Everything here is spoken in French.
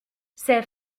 ces